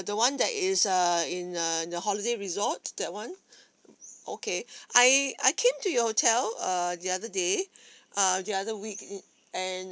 the one that is err in err the holiday resort that one okay I I came to your hotel err the other day uh the other week and